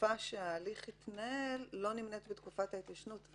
התקופה שההליך יתנהל לא נמנית בתקופת ההתיישנות,